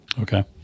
Okay